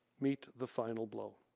meet the final blow.